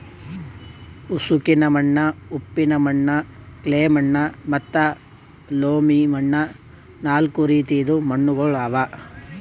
ಉಸುಕಿನ ಮಣ್ಣ, ಉಪ್ಪಿನ ಮಣ್ಣ, ಕ್ಲೇ ಮಣ್ಣ ಮತ್ತ ಲೋಮಿ ಮಣ್ಣ ನಾಲ್ಕು ರೀತಿದು ಮಣ್ಣುಗೊಳ್ ಅವಾ